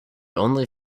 only